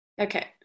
Okay